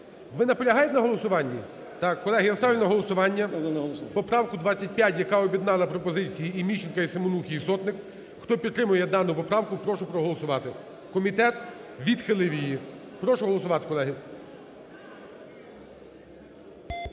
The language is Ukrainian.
Ви наполягаєте на голосуванні? Так, колеги, я ставлю на голосування поправку 25, яка об'єднала пропозиції і Міщенка, і Семенухи, і Сотник. Хто підтримує дану поправку, прошу проголосувати. Комітет відхилив її. Прошу голосувати, колеги.